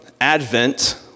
Advent